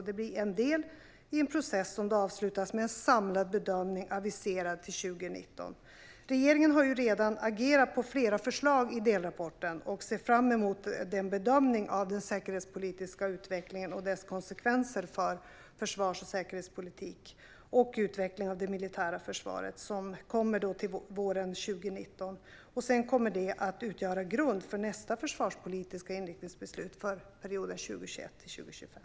Det blir en del i en process som avslutas med en samlad bedömning aviserad till 2019. Regeringen har redan agerat på flera förslag i delrapporten och ser fram emot den bedömning av den säkerhetspolitiska utvecklingen och dess konsekvenser för försvars och säkerhetspolitik och utveckling av det militära försvaret som kommer till våren 2019. Sedan kommer det att utgöra grund för nästa försvarspolitiska inriktningsbeslut för perioden 2021-2025.